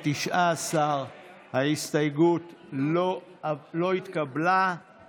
אחד, נגד, 19. ההסתייגות לא התקבלה.